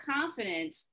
confident